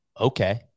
Okay